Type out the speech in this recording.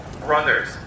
Brothers